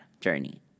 journey